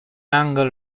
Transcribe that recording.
angle